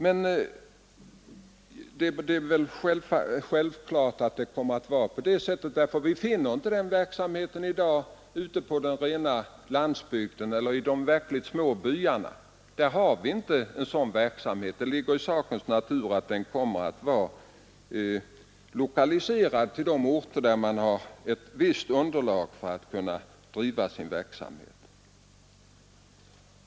Men det är väl självklart att det kommer att bli på det sättet; vi finner i dag inte någon sådan verksamhet ute på den rena landsbygden eller i de verkligt små samhällena. Det ligger i sakens natur att sådana organ kommer att vara lokaliserade till de orter där man har ett visst underlag för att driva sin verksamhet.